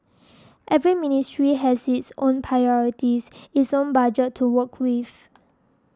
every ministry has its own priorities its own budget to work with